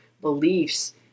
beliefs